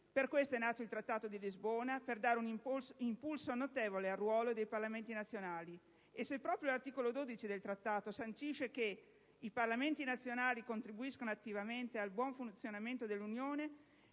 Per questo è nato il Trattato di Lisbona, per dare un impulso notevole al ruolo dei Parlamenti nazionali. E, se proprio l'articolo 12 del Trattato sancisce che «i Parlamenti nazionali contribuiscono attivamente al buon funzionamento dell'Unione»,